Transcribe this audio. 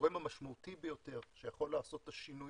הגורם המשמעותי ביותר שיכול לעשות את השינוי